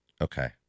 Okay